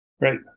right